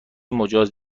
مجاز